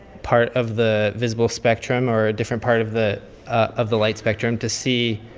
part of the visible spectrum or a different part of the of the light spectrum to see